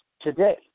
today